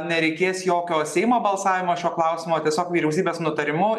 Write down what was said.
nereikės jokio seimo balsavimo šiuo klausimu o tiesiog vyriausybės nutarimu